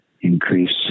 increase